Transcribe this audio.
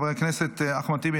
חבר הכנסת אחמד טיבי,